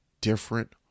different